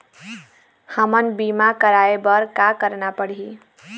हमन बीमा कराये बर का करना पड़ही?